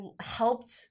helped